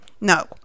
No